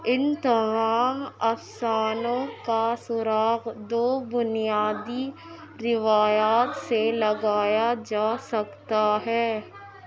ان تمام افسانوں کا سراغ دو بنیادی روایات سے لگایا جا سکتا ہے